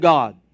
God